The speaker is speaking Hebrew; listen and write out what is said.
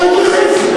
אני אתייחס.